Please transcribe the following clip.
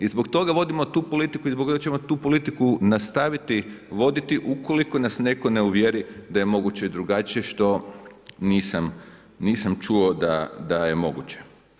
I zbog toga vodimo tu politiku i zbog toga ćemo tu politiku nastaviti voditi ukoliko nas netko ne uvjeri da je moguće drugačije što nisam čuo da je moguće.